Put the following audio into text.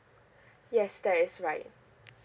yes that is right